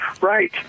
Right